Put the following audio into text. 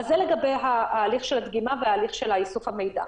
זה לגבי הליך הדגימה והליך איסוף המידע.